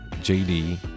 JD